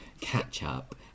catch-up